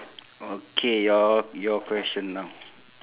okay your your question now